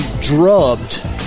drubbed